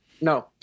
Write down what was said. No